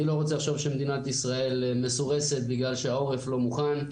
אני לא רוצה לחשוב שמדינת ישראל מסורסת בגלל שהעורף לא מוכן.